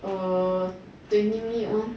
err twenty minute one